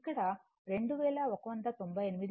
ఇక్కడ 2198